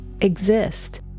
exist